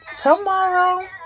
Tomorrow